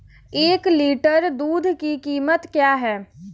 एक लीटर दूध की कीमत क्या है?